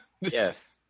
Yes